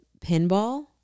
pinball